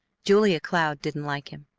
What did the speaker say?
julia cloud didn't like him.